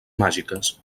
màgiques